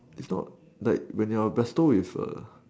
it's not like when you are bestow with a